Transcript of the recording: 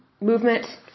movement